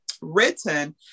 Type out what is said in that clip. written